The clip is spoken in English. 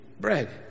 bread